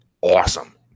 awesome